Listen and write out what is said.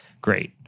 Great